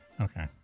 Okay